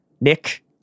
Nick